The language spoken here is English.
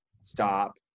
stop